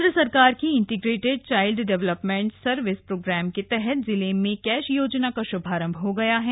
केंद्र सरकार की integrated child development services programme के तहत जिले में कैश योजना का शुभारम्भ हो गया है